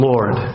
Lord